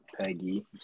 Peggy